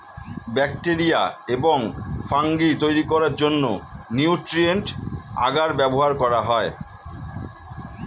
bacteria এবং fungi তৈরি করার জন্য নিউট্রিয়েন্ট আগার ব্যবহার করা হয়